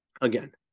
again